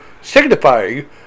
signifying